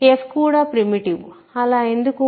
f కూడా primitive అలా ఎందుకు